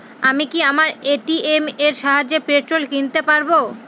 আমি কি আমার এ.টি.এম এর সাহায্যে পেট্রোল কিনতে পারব?